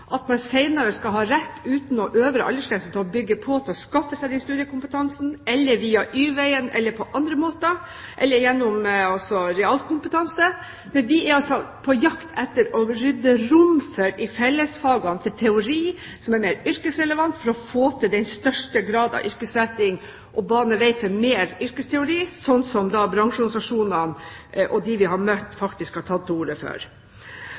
at man senere skal ha rett til – uten noen øvre aldersgrense – å bygge på for å skaffe seg den studiekompetansen, eller via Y-veien eller på andre måter, eller gjennom realkompetanse. Men vi er på jakt etter å rydde rom i fellesfagene for teori som er mer yrkesrelevant, for å få til den største grad av yrkesretting og bane vei for mer yrkesteori, slik som bransjeorganisasjonene og de vi har møtt, faktisk har tatt til orde for.